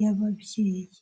y'ababyeyi.